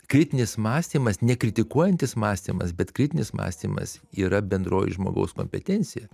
kritinis mąstymas ne kritikuojantis mąstymas bet kritinis mąstymas yra bendroji žmogaus kompetencija